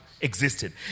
existed